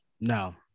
no